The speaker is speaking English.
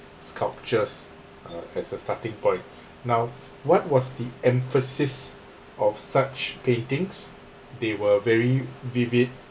sculptures uh as a starting point now what was the emphasis of such paintings they were very vivid